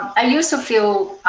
i used to feel